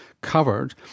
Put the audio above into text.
covered